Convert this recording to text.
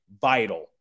vital